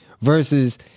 versus